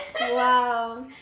Wow